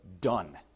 done